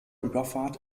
überfahrt